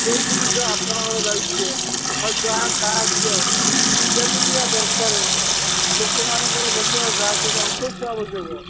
ସେ ଜିନିଷ ଆପଣଙ୍କର ଦାୟିତ୍ୱ ଆଉ ଯାହା ସାହାଯ୍ୟ ଯେମିତିଆ ଦରକାରେ ଲୋକମାନଙ୍କର ଧରିନିଅ ସାହାଯ୍ୟ ଉପସ୍ଥିତ ଆବଶ୍ୟକ